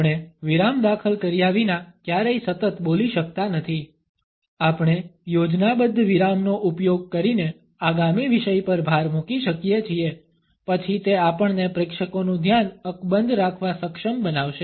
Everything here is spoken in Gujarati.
આપણે વિરામ દાખલ કર્યા વિના ક્યારેય સતત બોલી શકતા નથી આપણે યોજનાબદ્ધ વિરામનો ઉપયોગ કરીને આગામી વિષય પર ભાર મૂકી શકીએ છીએ પછી તે આપણને પ્રેક્ષકોનું ધ્યાન અકબંધ રાખવા સક્ષમ બનાવશે